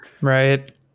right